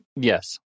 Yes